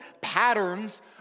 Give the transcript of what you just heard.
patterns